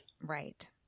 Right